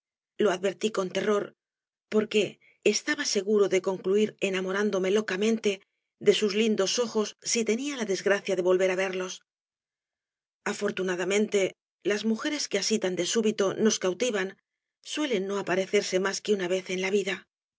lo advertí con terror porque estaba seguro de concluir enamorándome locamente de sus lindos ojos si tenía la desgracia de volver á verlos afortunadamente las mujeres que así tan de súbito nos cautivan suelen no aparecerse más que una vez en la vida